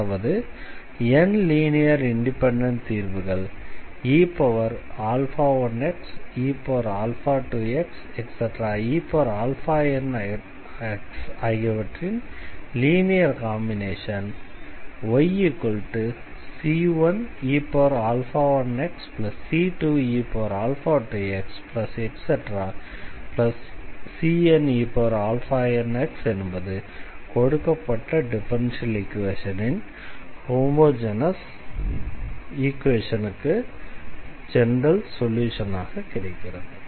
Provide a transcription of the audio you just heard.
அதாவது n linear independent தீர்வுகள் e1xe2xenx ஆகியவற்றின் லீனியர் காம்பினேஷன் yc1e1xc2e2xcnenx என்பது கொடுக்கப்பட்ட டிஃபரன்ஷியல் ஈக்வேஷனின் ஹோமொஜெனஸ் ஈக்வேஷனுக்கு ஜெனரல் சொல்யூஷனாக கிடைக்கிறது